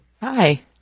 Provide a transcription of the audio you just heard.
Hi